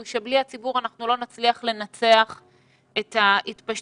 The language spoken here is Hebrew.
הוא שבלי הציבור אנחנו לא נצליח לנצח את ההתפשטות